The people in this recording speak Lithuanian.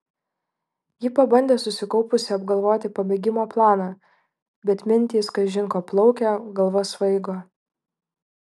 ji pabandė susikaupusi apgalvoti pabėgimo planą bet mintys kažin ko plaukė galva svaigo